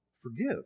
forgive